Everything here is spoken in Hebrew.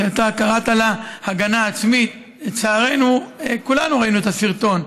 שאתה קראת לזה הגנה עצמית: לצערנו כולנו ראינו את הסרטון.